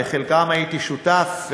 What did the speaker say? לחלקם הייתי שותף,